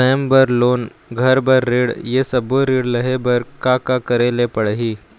स्वयं बर लोन, घर बर ऋण, ये सब्बो ऋण लहे बर का का करे ले पड़ही?